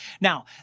Now